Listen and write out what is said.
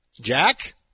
Jack